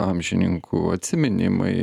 amžininkų atsiminimai